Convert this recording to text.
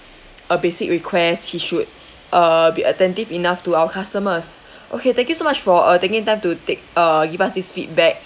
a basic request he should uh be attentive enough to our customers okay thank you so much for uh taking time to take uh give us this feedback